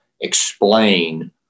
explain